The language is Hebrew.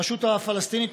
הרשות הפלסטינית,